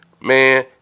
Man